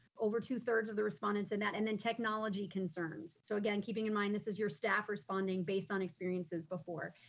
over two thirds of the respondents said that and then technology concerns. so again, keeping in mind this is your staff responding based on experiences before.